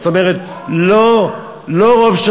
זאת אומרת, לא רוב של